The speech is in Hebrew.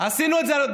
עשינו את זה,